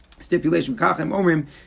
stipulation